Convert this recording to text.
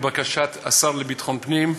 לבקשת השר לביטחון פנים,